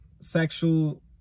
sexual